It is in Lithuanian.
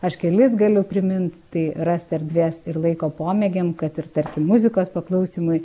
aš kelis galiu primint tai rast erdvės ir laiko pomėgiam kad ir tarkim muzikos paklausymui